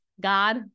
God